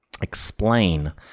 explain